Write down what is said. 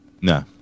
No